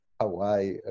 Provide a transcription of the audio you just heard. Hawaii